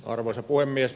arvoisa puhemies